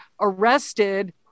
arrested